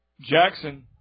Jackson